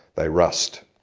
they rust.